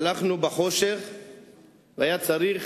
הלכנו בחושך והיה צריך